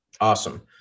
Awesome